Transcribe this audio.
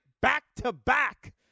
back-to-back